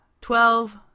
twelve